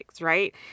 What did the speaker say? right